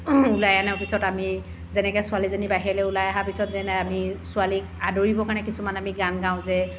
ওলাই অনা পাছত আমি যেনেকৈ ছোৱালীজনী বাহিৰলৈ ওলাই অহা পিছত যেনে আমি ছোৱালীক আদৰিবৰ কাৰণে আমি কিছুমান গান গাওঁ যে